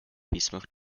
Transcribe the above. bismarck